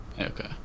Okay